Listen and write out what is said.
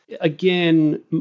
again